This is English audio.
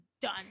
done